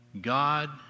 God